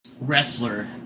Wrestler